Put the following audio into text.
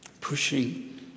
pushing